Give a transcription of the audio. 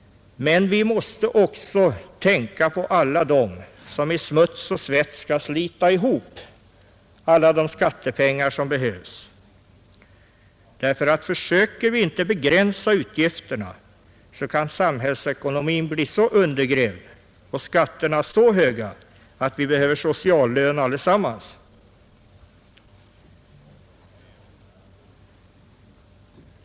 Men vi måste också tänka på alla dem som i smuts och svett skall slita ihop alla de skattepengar som behövs. Försöker vi inte begränsa utgifterna, kan samhällsekonomin bli så undergrävd och skatterna så höga att vi behöver sociallön allesammans.